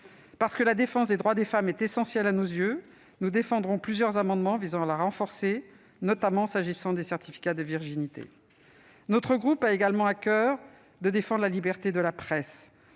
Parce que la défense des droits des femmes est essentielle à nos yeux, nous présentons plusieurs amendements visant à la renforcer, notamment s'agissant des certificats de virginité. Notre groupe a également à coeur de défendre la liberté de la presse.